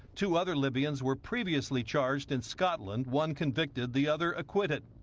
two other libyans were previously charged in scotland one convicted, the other acquitted.